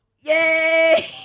Yay